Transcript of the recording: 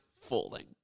Falling